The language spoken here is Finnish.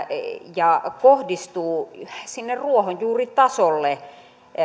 ja kohdistuu sinne ruohonjuuritasolle